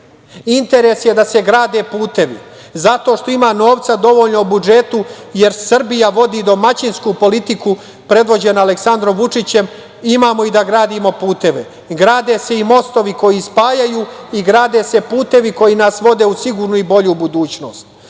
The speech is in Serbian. interes je da se grade putevi, zato što ima novca dovoljno u budžetu, jer Srbija vodi domaćinsku politiku, predvođena Aleksandrom Vučićem, imamo i da gradimo puteve i grade se mostovi koji spajaju i grade se putevi koji nas vode u sigurnu i bolju budućnost.